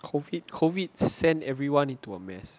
COVID COVID send everyone into a mess